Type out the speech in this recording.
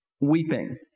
Weeping